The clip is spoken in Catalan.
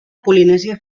polinèsia